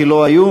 כי לא היו,